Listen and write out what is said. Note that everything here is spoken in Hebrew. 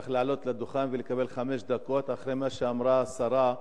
צריך לעלות לדוכן ולקבל חמש דקות אחרי מה שאמרה השרה,